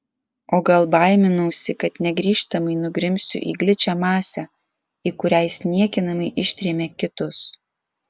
o gal baiminausi kad negrįžtamai nugrimsiu į gličią masę į kurią jis niekinamai ištrėmė kitus